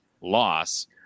loss